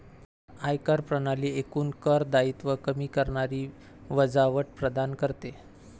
आयकर प्रणाली एकूण कर दायित्व कमी करणारी वजावट प्रदान करते